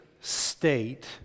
State